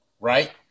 Right